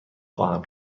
خواهم